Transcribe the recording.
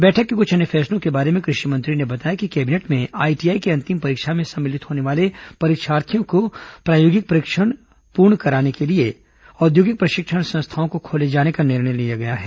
बैठक के कुछ अन्य फैसलों के बारे में कृषि मंत्री ने बताया कि कैबिनेट में आईटीआई की अंतिम परीक्षा में सम्मिलित होने वाले परीक्षार्थियों को प्रायोगिक प्रशिक्षण पूर्ण कराने के लिए औद्योगिक प्रशिक्षण संस्थाओं को खोले जाने का निर्णय लिया गया है